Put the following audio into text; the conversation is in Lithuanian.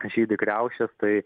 žydi kriaušės tai